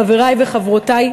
חברי וחברותי,